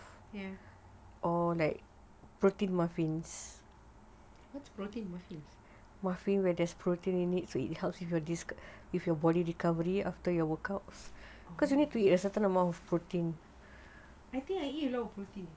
yes what's protein muffins I think I eat a lot of protein